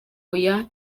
oya